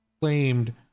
claimed